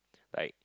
like